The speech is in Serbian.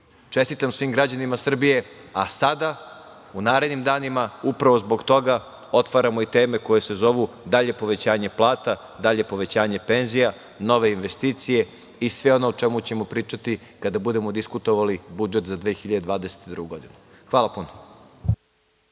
Čestitam svim građanima Srbije, a sada u narednim danima, upravo zbog toga, otvaramo i teme koje se zovu dalje povećanje plata, dalje povećanje penzija, nove investicije i sve ono o čemu ćemo pričati kada budemo diskutovali budžet za 2022. godinu. Hvala.